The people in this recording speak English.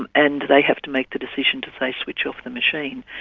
and and they have to make the decision to say, switch off the machine,